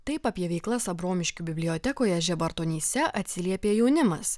taip apie veiklas abromiškių bibliotekoje žebertonyse atsiliepė jaunimas